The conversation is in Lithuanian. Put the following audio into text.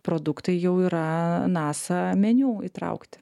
produktai jau yra nasa meniu įtraukti